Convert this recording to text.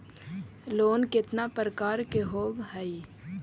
Loan केतना प्रकार के होव हइ?